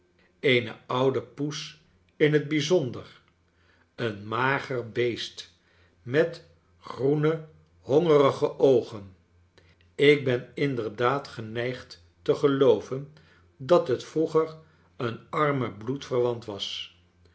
eene oude poes in fc bijzonder een mager beest met groene hongerige oogen ik ben inderdaad geneigd te gelooven dat het vroeger eon arme bloedverwant was